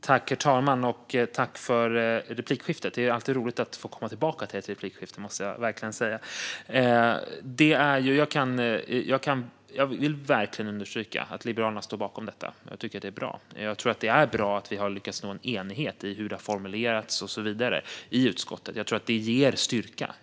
Herr talman! Tack, Alexandra Völker, för replikskiftet! Det är alltid roligt att få komma tillbaka till ett replikskifte. Jag vill verkligen understryka att Liberalerna står bakom detta, och jag tycker att det är bra. Jag tror att det är bra att vi har lyckats nå en enighet i hur det har formulerats och så vidare i utskottet, och jag tror att det ger en styrka.